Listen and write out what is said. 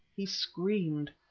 he screamed.